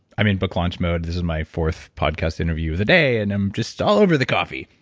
i'm in book launch mode this is my fourth podcast interview of the day and i'm just all over the coffee.